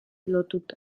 lotuta